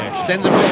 sends him